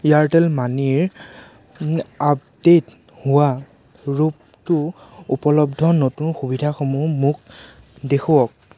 Airtel মানিৰ update হোৱা ৰূপটো উপলব্ধ নতুন সুবিধাসমূহ মোক দেখুৱাওক